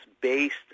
based